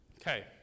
Okay